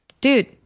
dude